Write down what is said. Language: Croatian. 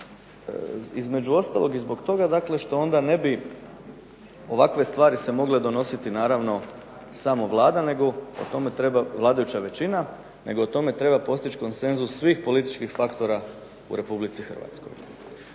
Između ostalog i zbog toga dakle što onda ne bi ovakve stvari se mogle donositi naravno samo vladajuća većina nego o tome treba postići konsenzus svih političkih faktora u RH.